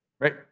Right